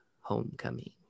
homecoming